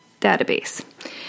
database